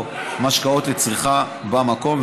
או משקאות לצריכה במקום,